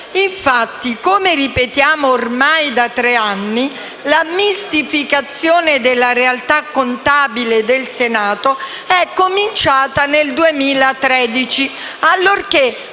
Infatti, come ripetiamo ormai da tre anni, la mistificazione della realtà contabile del Senato è cominciata nel 2013, allorché,